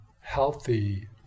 healthy